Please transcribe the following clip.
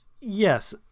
yes